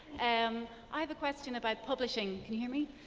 and i have a question about publishing. can you hear me?